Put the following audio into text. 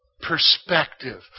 perspective